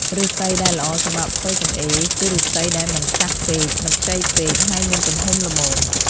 ឫស្សីដែលល្អសម្រាប់ធ្វើចង្អេរ គឺឫស្សីដែលមិនចាស់ពេក មិនខ្ចីពេក ហើយមានទំហំល្មម។